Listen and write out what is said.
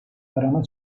arama